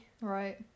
Right